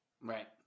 right